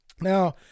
Now